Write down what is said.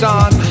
on